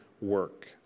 work